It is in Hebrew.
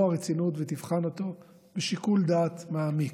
הרצינות ותבחן אותו בשיקול דעת מעמיק.